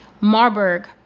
Marburg